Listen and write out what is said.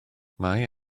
mae